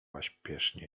pośpiesznie